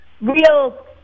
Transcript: real